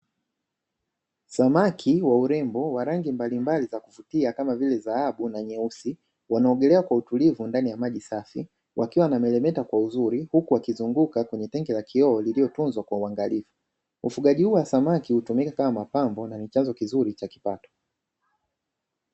Samaki wa urembo wa rangi mbalimbali za kuvutia kama vile: dhahabu na nyeusi, wanaogelea kwa utulivu ndani ya maji safi wakiwa wanameremeta kwa uzuri huku wakizunguka kwenye tanki la kioo lililotunzwa kwa uangalifu. Ufugaji huo wa samaki hutumika kama mapambo na ni chanzo kizuri cha kipato.